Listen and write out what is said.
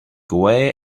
away